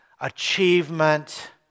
achievement